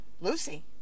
Lucy